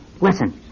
Listen